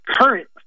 current